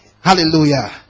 Hallelujah